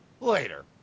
later